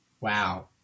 Wow